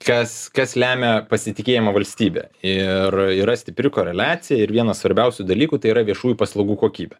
kas kas lemia pasitikėjimą valstybe ir yra stipri koreliacija ir vienas svarbiausių dalykų tai yra viešųjų paslaugų kokybė